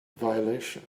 violation